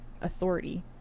authority